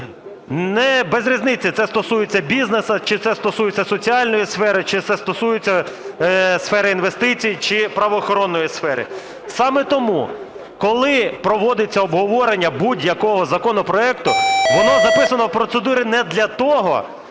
без різниці, це стосується бізнесу, чи це стосується соціальної сфери, чи це стосується сфери інвестицій, чи правоохоронної сфери. Саме тому, коли проводиться обговорення будь-якого законопроекту, воно записано в процедурі не для того,